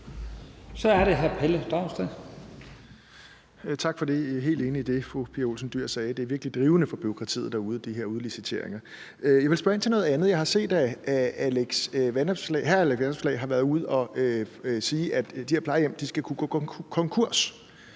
Kl. 14:56 Pelle Dragsted (EL): Tak for det. Jeg er helt enig i det, fru Pia Olsen Dyhr sagde. De her udliciteringer er virkelig drivende for bureaukratiet derude. Jeg vil spørge ind til noget andet. Jeg har set, at hr. Alex Vanopslagh har været ude og sige, at de her plejehjem skal kunne gå konkurs.